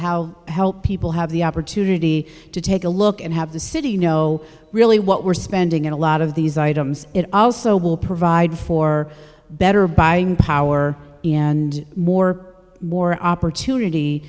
to help people have the opportunity to take a look and have the city you know really what we're spending a lot of these items it also will provide for better buying power in and more more opportunity